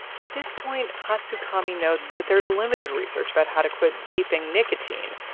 at this point, hatsukami notes that there's limited research about how to quit vaping nicotine.